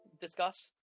discuss